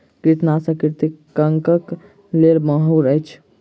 कृंतकनाशक कृंतकक लेल माहुर अछि